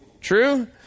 True